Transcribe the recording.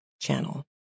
channel